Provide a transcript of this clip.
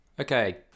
Okay